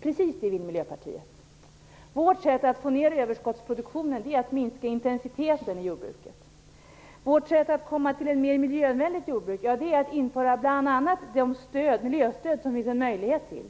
Precis det vill Miljöpartiet. Vårt sätt att få ner överskottsproduktionen är att minska intensiteten i jordbruket. Vårt sätt att uppnå ett mer miljövänligt jordbruk är att införa bl.a. de miljöstöd som det finns en möjlighet till.